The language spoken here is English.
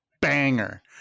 banger